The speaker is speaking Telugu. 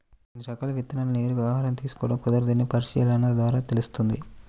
కొన్ని రకాల విత్తనాలను నేరుగా ఆహారంగా తీసుకోడం కుదరదని పరిశీలన ద్వారా తెలుస్తుంది